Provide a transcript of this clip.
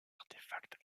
artefacts